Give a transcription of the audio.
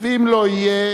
ואם לא יהיה,